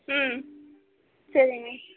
ம் சரி மி